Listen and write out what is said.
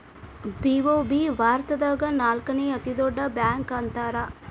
BOB ಭಾರತದಾಗ ನಾಲ್ಕನೇ ಅತೇ ದೊಡ್ಡ ಬ್ಯಾಂಕ ಅಂತಾರ